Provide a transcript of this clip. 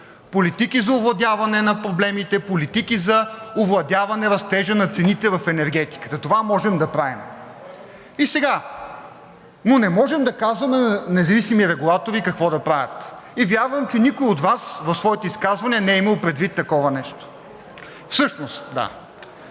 политики за овладяване на проблемите, политики за овладяване растежа на цените в енергетиката. Това можем да правим, но не можем да казваме на независими регулатори какво да правят. Вярвам, че никой от Вас в своето изказване не е имал предвид такова нещо. Всъщност